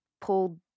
pulled